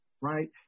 Right